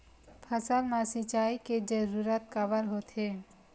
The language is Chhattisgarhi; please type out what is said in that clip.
फसल मा सिंचाई के जरूरत काबर होथे?